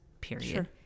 period